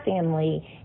family